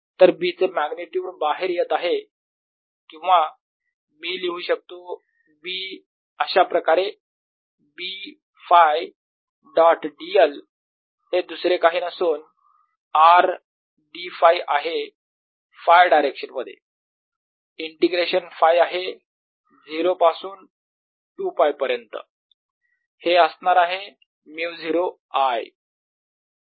तर B चे magnitude बाहेर येत आहे किंवा मी लिहू शकतो B अशाप्रकारे B Φ डॉट dl हे दुसरे काही नसून R d Φ आहे Φ डायरेक्शन मध्ये इंटिग्रेशन Φ आहे 0 पासून 2 π पर्यंत हे असणार आहे μ0 I